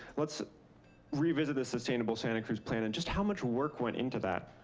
let's revisit the sustainable santa cruz plan and just how much work went into that.